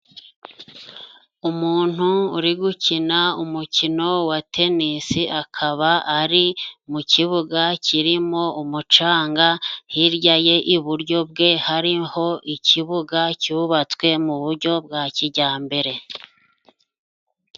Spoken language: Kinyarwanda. Umuntu uri gukina umukino wa tenisi, akaba ari mu kibuga kirimo umucanga, hirya ye iburyo bwe hariho ikibuga cyubatswe mu buryo bwa kijyambere.